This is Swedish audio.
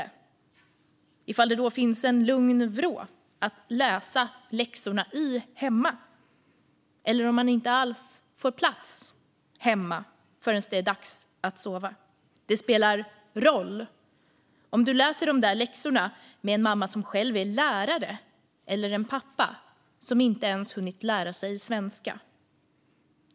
Det spelar roll om det finns en lugn vrå att läsa läxorna i där hemma eller om man inte alls får plats hemma förrän det är dags att sova. Det spelar roll om du läser läxorna med en mamma som själv är lärare eller om du läser dem med en pappa som inte ens har hunnit lära sig svenska.